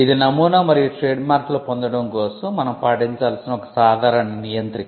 ఇది నమూనా మరియు ట్రేడ్మార్క్లు పొందడం కోసం మనం పాటించాల్సిన ఒక సాధారణ నియంత్రిక